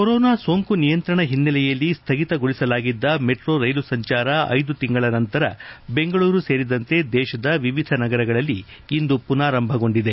corona ಸೋಂಕು ನಿಯಂತ್ರಣ ಹಿನ್ನೆಲೆಯಲ್ಲಿ ಸ್ಲಗಿತಗೊಳಿಸಲಾಗಿದ್ದ ಮೆಟ್ರೋ ರೈಲು ಸಂಚಾರ ಐದು ತಿಂಗಳ ನಂತರ ಬೆಂಗಳೂರು ಸೇರಿದಂತೆ ದೇಶದ ವಿವಿಧ ನಗರಗಳಲ್ಲಿ ಇಂದು ಪುನಾರಂಭಗೊಂಡಿದೆ